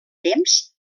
temps